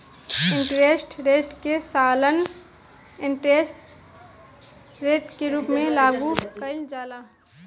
interest rate के सालाना interest rate के रूप में लागू कईल जाला